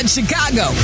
Chicago